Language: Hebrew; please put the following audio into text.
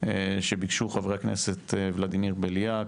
שביקשו חברי הכנסת ולדימיר בליאק,